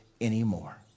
anymore